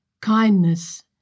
kindness